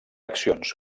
accions